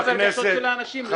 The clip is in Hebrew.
ולפגוע ברגשות של האנשים?